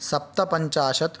सप्तपञ्चाशत्